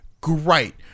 great